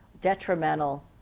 detrimental